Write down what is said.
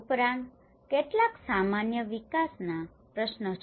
ઉપરાંત કેટલાક સામાન્ય વિકાસના પ્રશ્નો છે